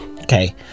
Okay